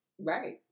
Right